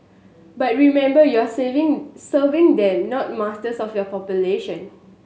but remember you are saving serving them not masters of your population